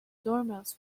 dormouse